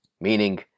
meaning